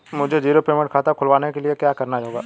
मुझे zero payment खाता खुलवाने के लिए क्या करना होगा?